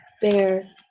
Bear